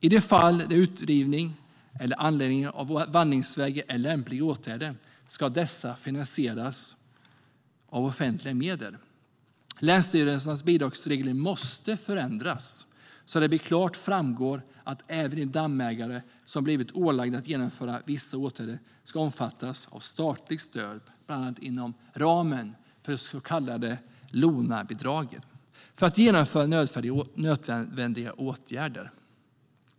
I de fall där utrivning eller anläggande av vandringsväg är lämpliga åtgärder ska dessa finansieras med offentliga medel. Länsstyrelsernas bidragsregler måste förändras så att det klart framgår att även de dammägare som blivit ålagda att vidta vissa åtgärder ska omfattas av statligt stöd bland annat inom ramen för det så kallade LONA-bidraget för att vidta nödvändiga åtgärder.